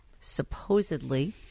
supposedly